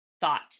thought